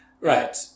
right